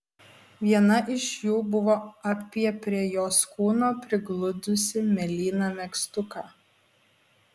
viena iš jų buvo apie prie jos kūno prigludusį mėlyną megztuką